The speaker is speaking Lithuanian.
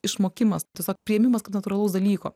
išmokimas tiesiog priėmimas kad natūralaus dalyko